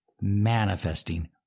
manifesting